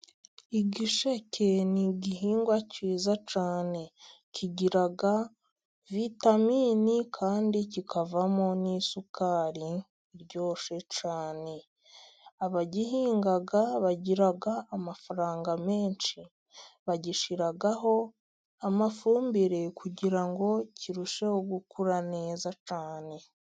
Igisheke ni igihingwa cyiza cyane. Kigira vitamini kandi kikavamo n'isukari iryoshye cyane， abagihinga bagira amafaranga menshi，bagishyiraho amafumbire， kugira ngo kirusheho gukura neza cyane.